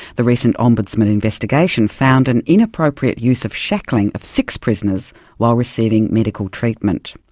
the recent ombudsman investigation found an inappropriate use of shackling of six prisoners while receiving medical treatment.